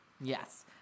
Yes